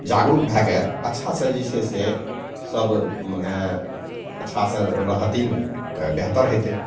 जागरूक भए के अच्छासे जे छै से सब मने अच्छासे रहथिन तऽ बेहतर हेतै